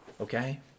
Okay